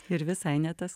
ir visai ne tas